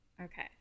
Okay